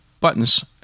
buttons